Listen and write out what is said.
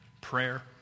prayer